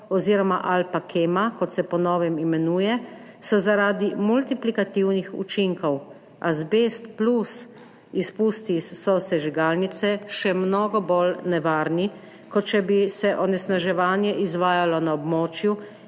oziroma Alpacema, kot se po novem imenuje, so zaradi multiplikativnih učinkov, azbest plus izpusti iz sosežigalnice, še mnogo bolj nevarni, kot če bi se onesnaževanje izvajalo na območju,